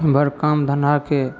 एमहर काम धन्धाके